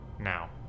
now